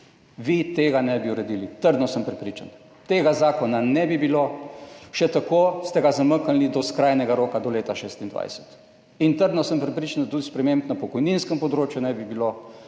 vi tega ne bi uredili, trdno sem prepričan, tega zakona ne bi bilo, še tako ste ga zamaknili do skrajnega roka, do leta 2026, in trdno sem prepričan, da tudi sprememb na pokojninskem področju ne bi bilo.